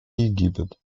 египет